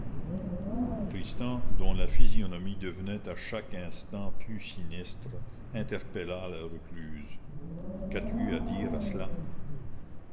tristan dont la physionomie devenait à chaque instant plus sinistre interpella la recluse qu'as-tu à dire à cela